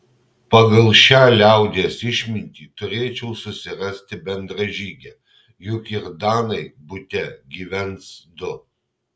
pagal šią liaudies išmintį turėčiau susirasti bendražygę juk ir danai bute gyvens du